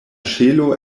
ŝelo